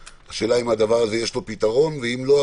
השאלה האם יש פתרון לדבר הזה ואם לא,